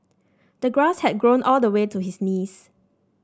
the grass had grown all the way to his knees